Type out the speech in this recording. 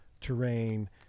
terrain